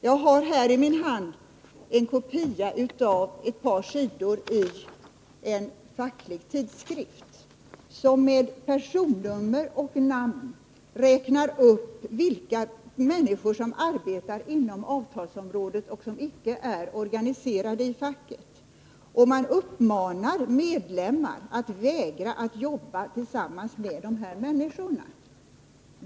Jag har här i min hand en kopia av ett par sidor i en facklig tidskrift som, med angivande av personnummer och namn, räknar upp vilka människor som arbetar inom avtalsområdet och som icke är organiserade i facket. I tidskriften uppmanas medlemmarna att vägra att jobba tillsammans med dessa människor.